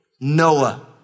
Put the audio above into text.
Noah